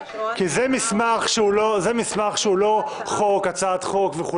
זה מסמך שהוא לא הצעת חוק.